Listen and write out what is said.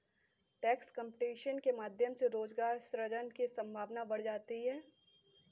tax competition के माध्यम से रोजगार सृजन की संभावना बढ़ जाती है